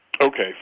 Okay